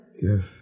Yes